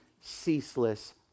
ceaseless